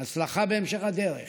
הצלחה בהמשך הדרך.